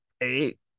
eight